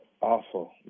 awful